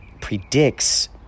predicts